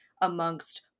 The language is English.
amongst